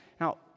Now